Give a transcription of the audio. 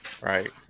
right